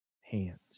hands